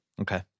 Okay